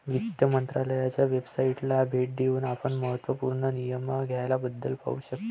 वित्त मंत्रालयाच्या वेबसाइटला भेट देऊन आपण महत्त्व पूर्ण नियम कायद्याबद्दल पाहू शकता